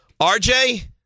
RJ